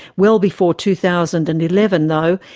well before two thousand and eleven, though,